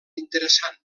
interessant